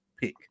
pick